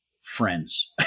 friends